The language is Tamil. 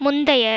முந்தைய